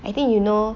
I think you know